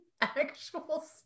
Actual